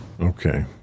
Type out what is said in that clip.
Okay